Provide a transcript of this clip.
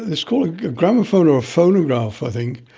it's called a gramophone or a phonograph i think.